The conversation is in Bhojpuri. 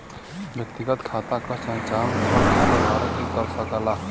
व्यक्तिगत खाता क संचालन केवल खाता धारक ही कर सकला